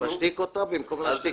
תשתיק אותה במקום להשתיק אותי.